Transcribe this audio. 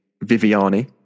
Viviani